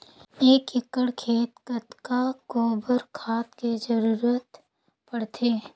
एक एकड़ मे कतका गोबर खाद के जरूरत पड़थे?